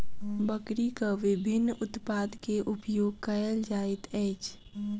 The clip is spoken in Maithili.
बकरीक विभिन्न उत्पाद के उपयोग कयल जाइत अछि